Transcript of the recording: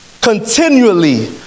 continually